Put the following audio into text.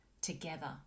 together